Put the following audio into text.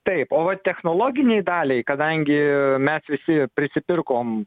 taip o technologinei daliai kadangi mes visi prisipirkom